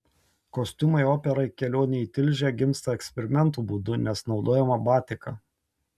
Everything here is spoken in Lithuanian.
kostiumai operai kelionė į tilžę gimsta eksperimentų būdu nes naudojama batika